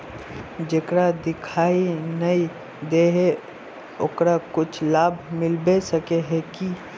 जेकरा दिखाय नय दे है ओकरा कुछ लाभ मिलबे सके है की?